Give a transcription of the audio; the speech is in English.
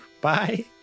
Bye